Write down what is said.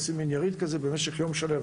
עושים יריד במשך יום שלם.